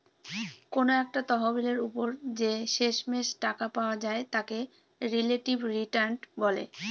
কোনো একটা তহবিলের ওপর যে শেষমেষ টাকা পাওয়া যায় তাকে রিলেটিভ রিটার্ন বলে